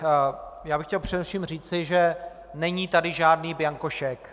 Já bych chtěl především říci, že není tady žádný bianco šek.